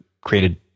created